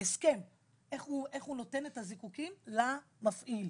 הסכם איך הוא נותן את הזיקוקין למפעיל.